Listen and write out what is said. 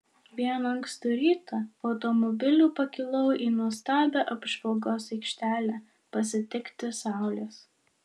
vieną ankstų rytą automobiliu pakilau į nuostabią apžvalgos aikštelę pasitikti saulės